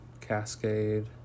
cascade